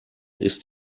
ist